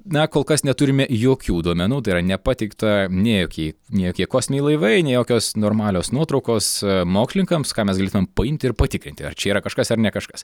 na kol kas neturime jokių duomenų tai yra nepateikta nei jokie nei jokie kosminiai laivai nei jokios normalios nuotraukos mokslininkams ką mes galėtumėm paimti ir patikrinti ar čia yra kažkas ar ne kažkas